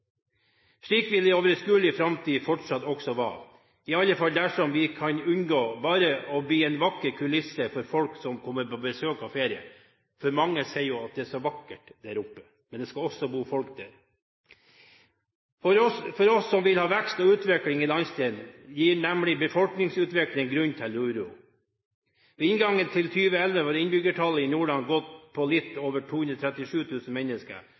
Slik vil det i overskuelig framtid fortsatt også være, i alle fall dersom vi kan unngå bare å bli en vakker kulisse for folk som kommer på besøk og er på ferie. For mange sier jo at det er så vakkert der oppe, men det skal også bo folk der. For oss som vil ha vekst og utvikling i landsdelen, gir nemlig befolkningsutviklingen grunn til uro. Ved inngangen til 2011 var innbyggertallet i Nordland på litt over 237 000 mennesker,